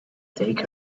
take